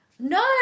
No